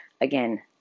again